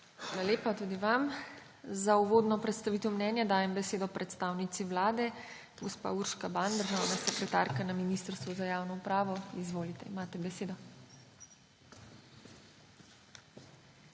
lepa tudi vam. Za uvodno predstavitev mnenja dajem besedo predstavnici Vlade. Gospa Urška Ban, državna sekretarka na Ministrstvu za javno upravo, izvolite, imate besedo.